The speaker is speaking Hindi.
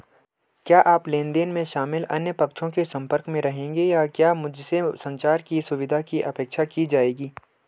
क्या आप लेन देन में शामिल अन्य पक्षों के संपर्क में रहेंगे या क्या मुझसे संचार की सुविधा की अपेक्षा की जाएगी?